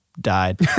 died